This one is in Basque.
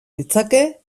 ditzake